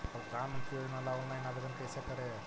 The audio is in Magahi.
प्रधानमंत्री योजना ला ऑनलाइन आवेदन कैसे करे?